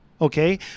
okay